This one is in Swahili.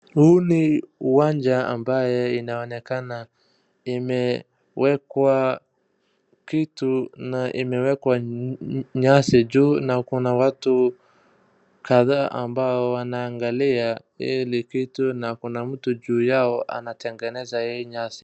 Huu ni uwanja ambaye inaonekana imewekwa kitu na imewekwa nyasi juu. Na kuna watu kadhaa ambao wanaangalia hili kitu. Na kuna mtu juu yao anatengeneza hii nyasi.